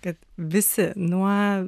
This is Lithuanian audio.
kad visi nuo